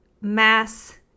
Mass